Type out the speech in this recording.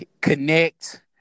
connect